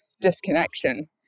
disconnection